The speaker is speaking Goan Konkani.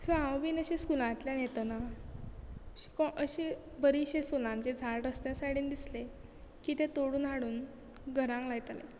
सो हांव बीन अशें स्कुलांतल्यान येतना अशें बरी फुलांचे झाड रस्त्या सायडीन दिसलें की तें तोडून हाडून घरांक लायतालें